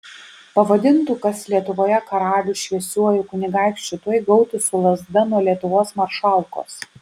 pavadintų kas lietuvoje karalių šviesiuoju kunigaikščiu tuoj gautų su lazda nuo lietuvos maršalkos